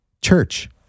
church